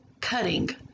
cutting